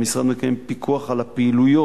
המשרד מקיים פיקוח על הפעילויות